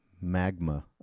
magma